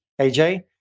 AJ